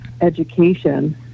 education